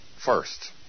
First